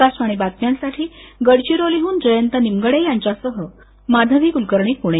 आकाशवाणीच्या बातम्यांसाठी गडचिरोलीहून जयंत निमगडे यांच्यासह माधवी कुलकर्णी पुणे